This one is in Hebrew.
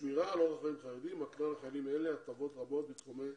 השמירה על אורח חיים חרדי מקנה לחיילים אלה הטבות רבות בתחומי